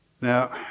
Now